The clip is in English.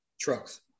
Trucks